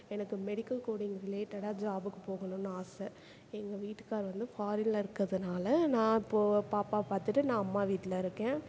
எனக்கு medical coding ரிலேட்டடாக ஜாபுக்கு போகணும்ன்னு ஆசை எங்கள் வீட்டுக்கார் வந்து ஃபாரினில் இருக்கறதுனால நான் இப்போது பாப்பாவை பார்த்துட்டு நான் அம்மா வீட்டில் இருக்கேன்